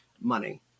money